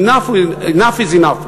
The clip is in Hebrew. enough is enough.